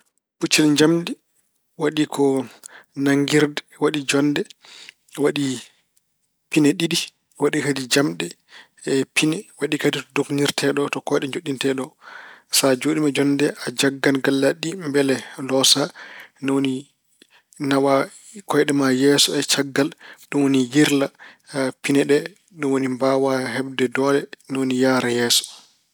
Puccel njamndi waɗi ko naggirde, waɗi jonnde, waɗi pine ɗiɗi. Waɗi kadi jamɗe pine, waɗi kadi to dognirte ɗo, to kooyɗe njonɗinte ɗo. Sa jooɗiima e jonnde nde, a jaggan gallaaɗi ɗi mbele loosa. Ni woni nawa kooyɗe ma yeeso e caggal. Ɗum woni yirla pine ɗe. Ni woni mbaawa heɓde doole. Ni woni yahra yeeso.